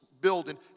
building